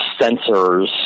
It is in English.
sensors